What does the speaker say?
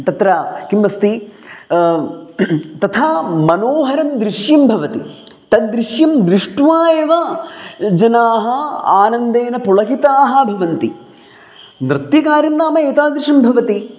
तत्र किमस्ति तथा मनोहरं दृश्यं भवति तद्दृश्यं दृष्ट्वा एव जनाः आनन्देन पुलकिताः भवन्ति नृत्यकार्यं नाम एतादृशं भवति